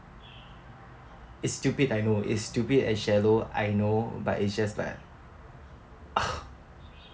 it's stupid I know it's stupid and shallow I know but it's just like